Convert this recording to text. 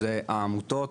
זה העמותות,